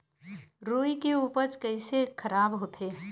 रुई के उपज कइसे खराब होथे?